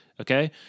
Okay